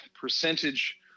percentage